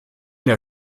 der